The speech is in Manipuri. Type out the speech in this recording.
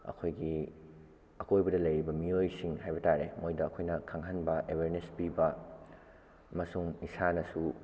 ꯑꯩꯈꯣꯏꯒꯤ ꯑꯀꯣꯏꯕꯗ ꯂꯩꯔꯤꯕ ꯃꯤꯑꯣꯏꯁꯤꯡ ꯍꯥꯏꯕ ꯇꯥꯔꯦ ꯃꯣꯏꯗ ꯑꯩꯈꯣꯏꯅ ꯈꯪꯍꯟꯕ ꯑꯦꯋꯦꯔꯅꯦꯁ ꯄꯤꯕ ꯑꯃꯁꯨꯡ ꯏꯁꯥꯅꯁꯨ